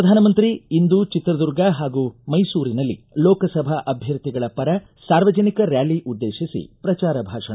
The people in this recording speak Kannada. ಪ್ರಧಾನಮಂತ್ರಿ ಇಂದು ಚಿತ್ರದುರ್ಗ ಹಾಗೂ ಮೈಸೂರಿನಲ್ಲಿ ಲೋಕಸಭಾ ಅಭ್ಯರ್ಥಿಗಳ ಪರ ಸಾರ್ವಜನಿಕ ರ್ಯಾಲಿ ಉದ್ದೇಶಿಸಿ ಪ್ರಚಾರ ಭಾಷಣ